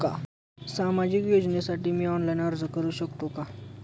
सामाजिक योजनेसाठी मी ऑनलाइन अर्ज करू शकतो का?